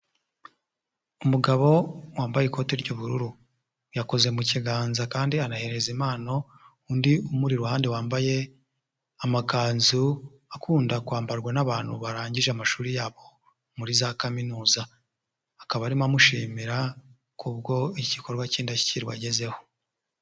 Umugabo wambaye ikote ry'ubururu yakoze mu kiganza kandi anahereza impano undi umuri iruhande wambaye amakanzu akunda kwambarwa n'abantu barangije amashuri yabo muri za kaminuza, akaba arimo amushimira kubwo igikorwa k'indashyikirwa yagezeho.